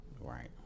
right